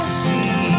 see